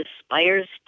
aspires